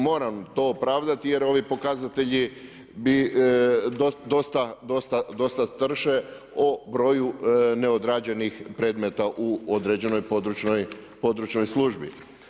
Moram to opravdati, jer ovi pokazatelji bi dosta strše o broju neodrađenih predmeta u određenoj područnoj službi.